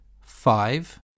five